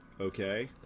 Okay